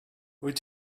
wyt